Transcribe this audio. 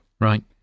Right